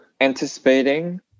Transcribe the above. anticipating